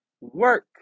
work